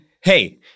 Hey